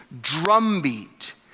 drumbeat